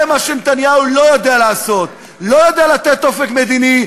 זה מה שנתניהו לא יודע לעשות: לא יודע לתת אופק מדיני,